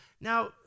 Now